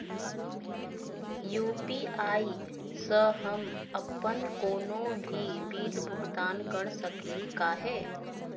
UPI स हम अप्पन कोनो भी बिल भुगतान कर सकली का हे?